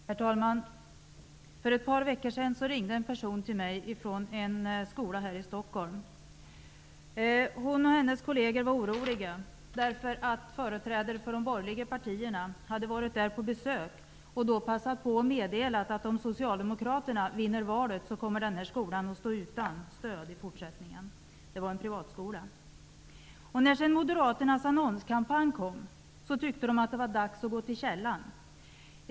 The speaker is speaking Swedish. Herr talman! För ett par veckor sedan ringde en person till mig från en privat skola här i Stockholm. Hon och hennes kolleger var oroliga därför att företrädare för de borgerliga partierna hade varit där på besök och passat på att meddela, att om Socialdemokraterna vinner valet kommer de att dra in stödet till den här skolan. När sedan Moderaternas annonskampanj kom tyckte de att det var dags att gå till källan.